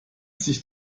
sich